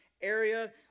area